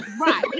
right